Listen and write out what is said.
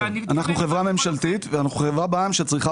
אנחנו חברה ממשלתית ואנחנו חברה בע"מ שצריכה